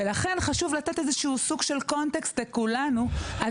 ולכן חשוב לתת איזשהו סוג של קונטקסט לכולנו על